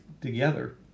together